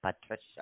Patricia